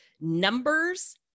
numbers